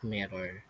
Mirror